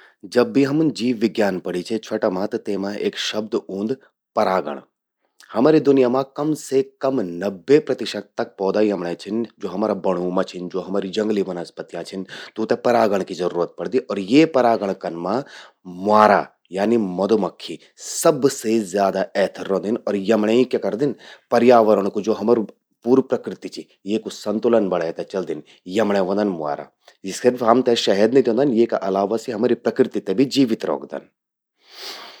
जब भी हमुन जीव विज्ञान पढ़ी छे छ्वोटा मां त तेमा एक शब्द ऊंद परागण। हमरि दुनिया मां कम से कम नब्बे प्रतिशत तक पौधा यमण्यें छिन ज्वो हमरा बणूं मां छिन, ज्वो हमरि जंगली वनस्पतियां छिन, तूंते परागण की जरूरत पड़दि अर ये परागण कन मां म्वारा यानी मधुमक्खी सबसे ज्यादा एथर रौंदिन अर यमणयें यि क्या करदिन, पर्यावरण कु, ज्वो हमरि पूरी प्रकृति चि, येकु संतुलन बढ़ें ते चलदिन। यमण्यें ह्वंदन म्वारा। यि सिर्फ हमते शहद नि द्योंदन, येका अलावा सि हमरि प्रकृति ते भी जीवित रौखदिन।